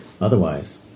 otherwise